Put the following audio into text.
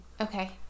Okay